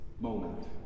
moment